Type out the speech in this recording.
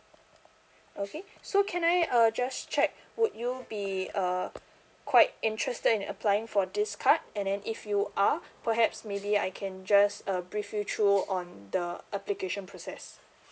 okay so can I uh just check would you be uh quite interested in applying for this card and then if you are perhaps maybe I can just uh brief you through on the application process